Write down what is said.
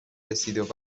رسید